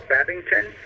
Babington